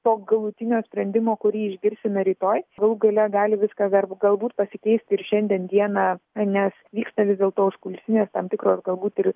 to galutinio sprendimo kurį išgirsime rytoj galų gale gali viskas darb galbūt pasikeis ir šiandien dieną nes vyksta dėl to užkulisinės tam tikros galbūt ir